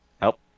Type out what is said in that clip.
Help